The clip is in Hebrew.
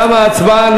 תמה ההצבעה.